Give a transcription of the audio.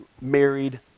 married